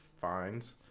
fines